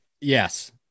Yes